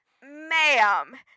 ma'am